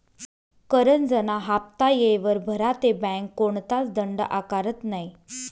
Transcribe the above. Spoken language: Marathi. करजंना हाफ्ता येयवर भरा ते बँक कोणताच दंड आकारत नै